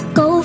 go